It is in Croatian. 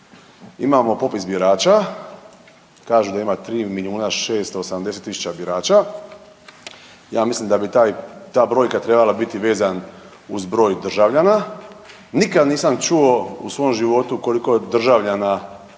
Imamo popis birača, kaže da ima 3 680 000 birača. Ja mislim da bi taj, ta brojka trebala biti vezan uz broj državljana. Nikad nisam čuo u svom životu koliko državljana ima